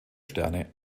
sterne